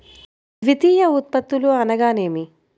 ద్వితీయ ఉత్పత్తులు అనగా నేమి?